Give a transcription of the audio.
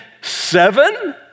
seven